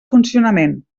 funcionament